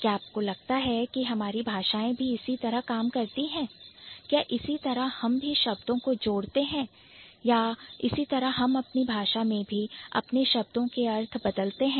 क्या आपको लगता है कि हमारी भाषाएं भी इसी तरह काम करती हैं क्या इसी तरह हम भी शब्दों को जोड़ते हैं या इसी तरह हम अपनी भाषा में भी अपने शब्दों के अर्थ बदलते हैं